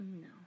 No